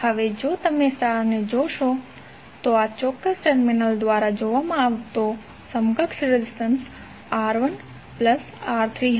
હવે જો તમે સ્ટાર ને જોશો તો સઆ ચોક્ક્સ ટર્મિનલ દ્વારા જોવામાં આવતો સમકક્ષ રેઝિસ્ટન્સ R1R3થશે